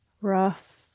rough